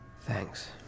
Thanks